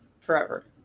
forever